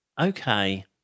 okay